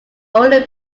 only